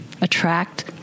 attract